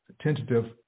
tentative